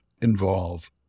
involve